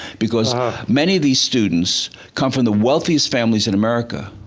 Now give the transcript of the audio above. because many of these students come from the wealthiest families in america.